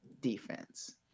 defense